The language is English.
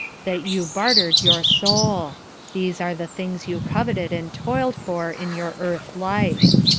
that you bartered your soul these are the things you coveted and toiled for in your earth-life.